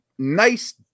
nice